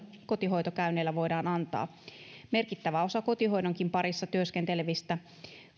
kotihoitokäynneillä voidaan antaa merkittävä osa kotihoidonkin parissa työskentelevistä